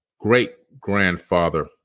great-grandfather